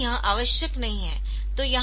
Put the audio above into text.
यहाँ यह आवश्यक नहीं है